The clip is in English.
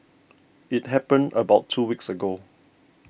it happened about two weeks ago